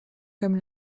comme